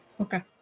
Okay